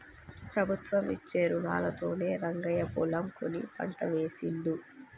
ప్రభుత్వం ఇచ్చే రుణాలతోనే రంగయ్య పొలం కొని పంట వేశిండు